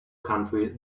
country